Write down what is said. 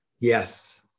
Yes